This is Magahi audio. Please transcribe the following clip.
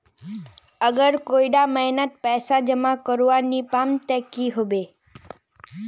अगर कोई डा महीनात पैसा जमा करवा नी पाम ते की होबे?